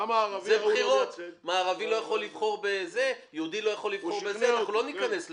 אלה בחירות, אנחנו לא ניכנס לזה.